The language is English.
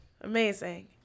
Amazing